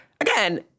again